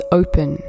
open